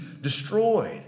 destroyed